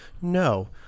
No